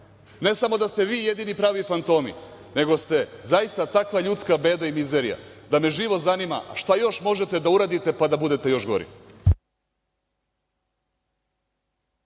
ne samo da ste vi jedini pravi fantomi, nego ste zaista takva ljudska beda i mizerija da me živo zanima šta još možete da uradite pa da budete još gori.